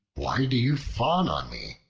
why do you fawn on me?